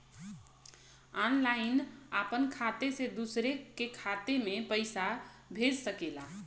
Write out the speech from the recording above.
online आपन खाते से दूसर के खाते मे पइसा भेज सकेला